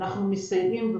אנחנו מסייעים להם,